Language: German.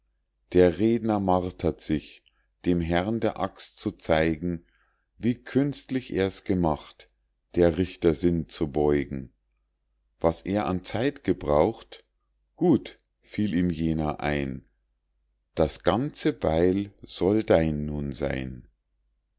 der redner martert sich dem herrn der axt zu zeigen wie künstlich er's gemacht der richter sinn zu beugen was er an zeit gebraucht gut fiel ihm jener ein das ganze beil soll dein nun seyn